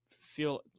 feel